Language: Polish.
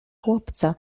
chłopca